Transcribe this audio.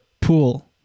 pool